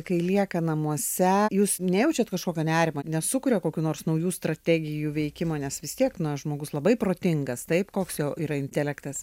kai lieka namuose jūs nejaučiat kažkokio nerimo nesukuria kokių nors naujų strategijų veikimo nes vis tiek na žmogus labai protingas taip koks jo yra intelektas